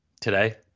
Today